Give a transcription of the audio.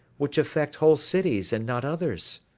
which affect whole cities and not others?